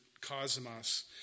cosmos